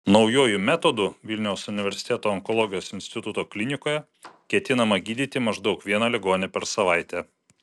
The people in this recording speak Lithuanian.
naujuoju metodu vilniaus universiteto onkologijos instituto klinikoje ketinama gydyti maždaug vieną ligonį per savaitę